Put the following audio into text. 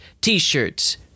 T-shirts